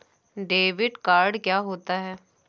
Debit card क्या होता है?